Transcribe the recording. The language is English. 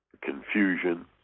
confusion